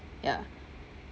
ya